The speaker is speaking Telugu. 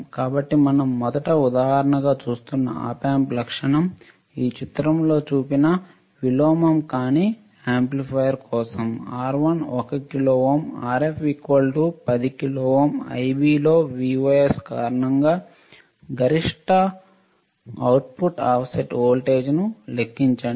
కాబట్టి మనం మొదట ఉదాహరణగా చూస్తున్న Op Amp లక్షణం ఈ చిత్రంలో చూపిన విలోమం కానీ యాంప్లిఫైయర్ కోసం R1 1 kilo ohm Rf 10 kilo ohm Ib లో Vos కారణంగా గరిష్ట అవుట్పుట్ ఆఫ్సెట్ వోల్టేజ్ను లెక్కించండి